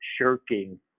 shirking